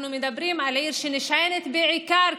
אנחנו מדברים על עיר שנשענת בעיקר,